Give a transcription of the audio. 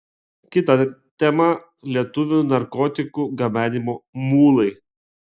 kita tema lietuvių narkotikų gabenimo mulai